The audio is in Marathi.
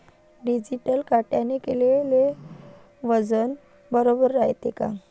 डिजिटल काट्याने केलेल वजन बरोबर रायते का?